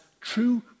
true